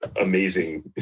amazing